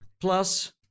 Plus